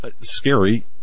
scary